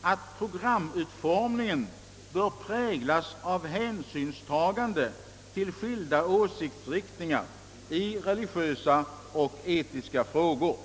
att programutformningen bör »präglas av hänsynstagande till skilda åsiktsriktningar i religiösa och etiska frågor».